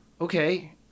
okay